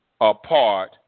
apart